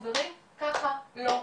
חברים, ככה לא מתקדמים.